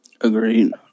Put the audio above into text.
Agreed